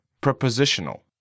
prepositional